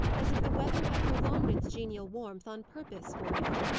as if the weather had prolonged its genial warmth on purpose for him.